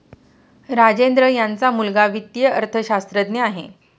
राजेंद्र यांचा मुलगा वित्तीय अर्थशास्त्रज्ञ आहे